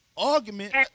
argument